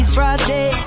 Friday